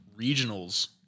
regionals